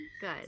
Good